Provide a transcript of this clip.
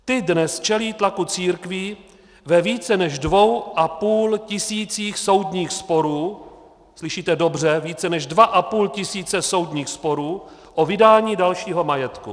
Ta dnes čelí tlaku církví ve více než dvou a půl tisících soudních sporů, slyšíte dobře, více než dva a půl tisíce soudních sporů o vydání dalšího majetku.